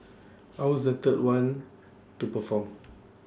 I was the third one to perform